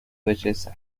belleza